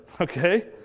Okay